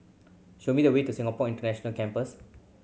show me the way to Singapore International Campus